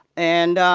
and